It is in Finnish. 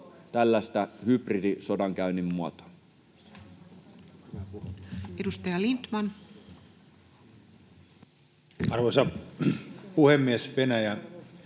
tällaista hybridisodankäynnin muotoa. Edustaja Lindtman. Arvoisa puhemies! Venäjä